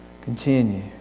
continue